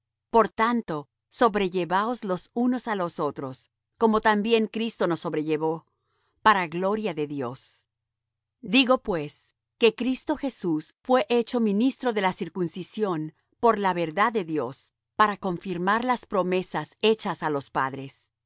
por tanto sobrellevaos los unos á los otros como también cristo nos sobrellevó para gloria de dios digo pues que cristo jesús fué hecho ministro de la circuncisión por la verdad de dios para confirmar las promesas hechas á los padres